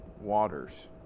waters